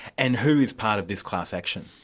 and who is part of this class action?